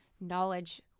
knowledge